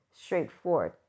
straightforward